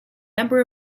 number